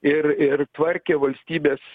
ir ir tvarkė valstybės